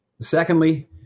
Secondly